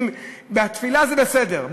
בתפילה זה בסדר.